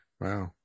wow